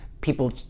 People